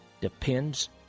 depends